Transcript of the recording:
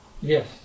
Yes